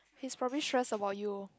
he's probably stressed about you